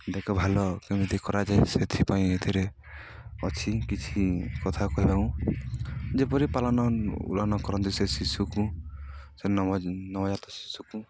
ଦେଖ ଭାଲ କେମିତି କରାଯାଏ ସେଥିପାଇଁ ଏଥିରେ ଅଛି କିଛି କଥା କହିବାକୁ ଯେପରି ପାଳନ ଲାଳନ କରନ୍ତି ସେ ଶିଶୁକୁ ସେ ନବ ନବଜାତ ଶିଶୁକୁ